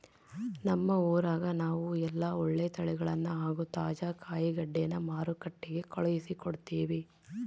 ನಮ್ಮ ಊರಗ ನಾವು ಎಲ್ಲ ಒಳ್ಳೆ ತಳಿಗಳನ್ನ ಹಾಗೂ ತಾಜಾ ಕಾಯಿಗಡ್ಡೆನ ಮಾರುಕಟ್ಟಿಗೆ ಕಳುಹಿಸಿಕೊಡ್ತಿವಿ